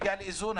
הגיע לאיזון,